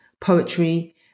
poetry